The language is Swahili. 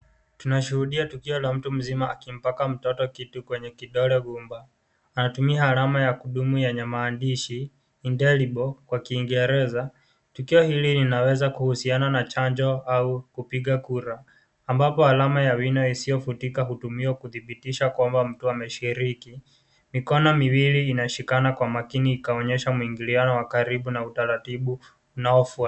Tunashuhudia tukio la mtu mzima akimpaka mtoto kitu kwenye kidole gumba. Anatumia alama ya kudumu yenye maandishi indelible kwa kiingereza. Tukio hili linaweza kuhusiana na chanjo au kupiga kura ambapo alama ya wina isiyofutika hutumiwa kudhibitisha kwamba mtu ameshiriki. Mikono miwili inashikana kwa makini ikaonyesha mwingiliano wa karibu na utaratibu unaofuatwa.